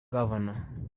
governor